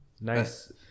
Nice